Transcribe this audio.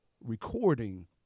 recording